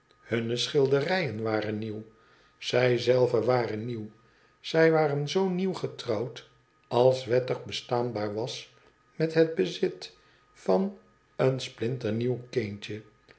hunne schilderijen waren nieuw zij zelven waren nieuw zij waren zoo nieuw getrouwd als wettig bestaanbaar was met het bezit van een splinternieaw kindje